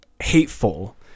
hateful